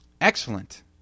excellent